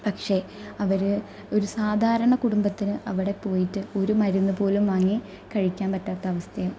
പക്ഷെ അവർ ഒരു സാധാരണ കുടുംബത്തിന് അവിടെ പോയിട്ട് ഒരു മരുന്ന് പോലും വാങ്ങി കഴിക്കാന് പറ്റാത്ത അവസ്ഥയാകും